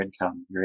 income